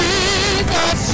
Jesus